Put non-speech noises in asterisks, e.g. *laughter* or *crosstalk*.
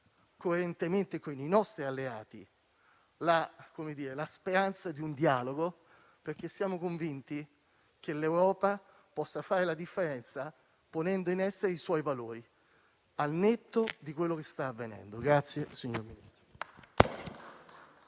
coerentemente con i nostri alleati - la speranza di un dialogo, perché siamo convinti che l'Europa possa fare la differenza ponendo in essere i suoi valori, al netto di quello che sta avvenendo. *applause*